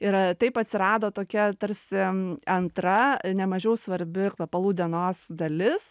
ir taip atsirado tokia tarsi antra ne mažiau svarbi kvepalų dienos dalis